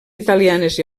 italianes